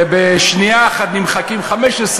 ובשנייה אחת נמחקים 15,